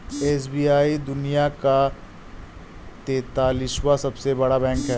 SBI दुनिया का तेंतालीसवां सबसे बड़ा बैंक है